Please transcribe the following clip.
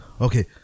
okay